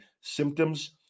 symptoms